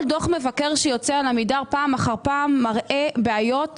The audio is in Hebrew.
כל דוח מבקר שיוצא על עמידר פעם אחר פעם מראה בעיות